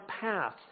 path